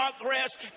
progress